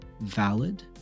valid